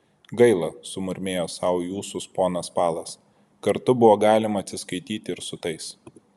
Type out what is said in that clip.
gaila sumurmėjo sau į ūsus ponas palas kartu buvo galima atsiskaityti ir su tais